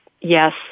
yes